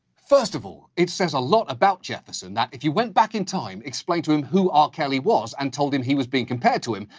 first of all, it says a lot about jefferson that if you went back in time, explained to him who r. kelly was, and told him he was being compared to him,